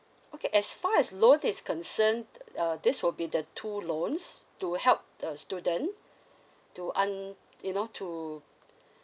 okay as far as loan is concerned uh this will be the two loans to help the student to un~ you know to